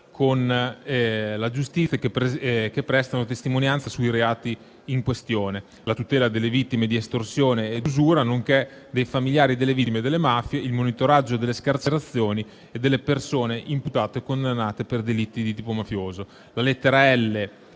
con la giustizia e che prestano testimonianza sui reati in questione, la tutela delle vittime di estorsione e di usura nonché dei familiari delle vittime delle mafie e il monitoraggio delle scarcerazioni delle persone imputate condannate per delitti di tipo mafioso.